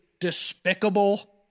despicable